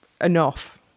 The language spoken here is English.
enough